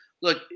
look